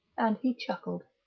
and he chuckled.